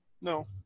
no